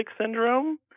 syndrome